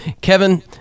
kevin